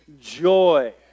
Joy